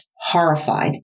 horrified